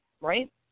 right